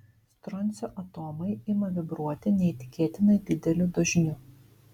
stroncio atomai ima vibruoti neįtikėtinai dideliu dažniu